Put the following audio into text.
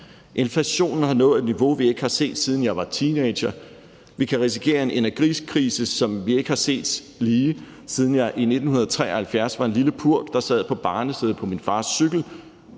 inflationen har nået et niveau, vi ikke har set, siden jeg var teenager; vi kan risikere en energikrise, hvis lige vi ikke har set, siden jeg i 1973 var en lille purk, der sad på barnesædet på min fars cykel,